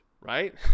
right